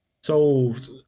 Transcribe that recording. solved